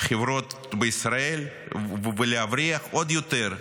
חברות בישראל ולהבריח עוד יותר,